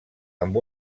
amb